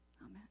Amen